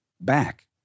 back